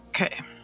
Okay